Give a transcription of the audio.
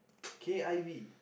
k_i_v